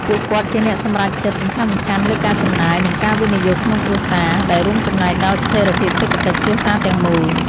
ពួកគាត់ជាអ្នកសម្រេចចិត្តសំខាន់ៗលើការចំណាយ និងការវិនិយោគក្នុងគ្រួសារ ដែលរួមចំណែកដល់ស្ថិរភាពសេដ្ឋកិច្ចគ្រួសារទាំងមូល។